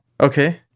Okay